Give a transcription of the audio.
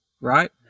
right